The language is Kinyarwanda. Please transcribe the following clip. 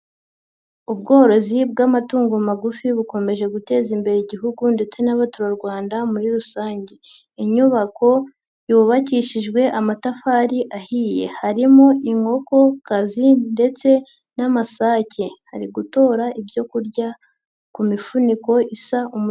Ubworozi bw'amatungo magufi bukomeje guteza imbere igihugu ndetse n'abaturarwanda muri rusange, inyubako yubakishijwe amatafari ahiye, harimo inkoko kazi ndetse n'amasake hari gutora ibyo kurya ku mifuniko isa umutuku.